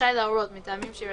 רשאי להורות, מטעמים שיירשמו,